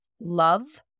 love